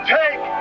take